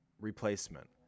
replacement